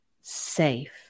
safe